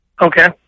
Okay